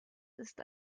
ist